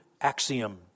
axiom